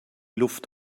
luft